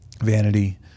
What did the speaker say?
vanity